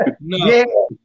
No